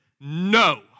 no